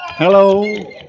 Hello